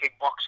kickboxing